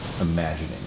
imagining